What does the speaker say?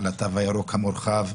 על התו הירוק המורחב,